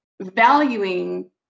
valuing